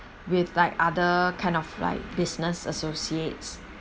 with like other kind of like business associates